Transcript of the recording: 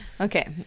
okay